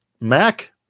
Mac